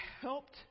helped